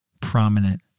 prominent